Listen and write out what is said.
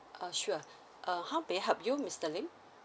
uh sure uh how may I help you mister lim